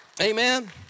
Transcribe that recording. Amen